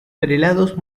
prelados